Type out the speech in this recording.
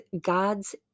God's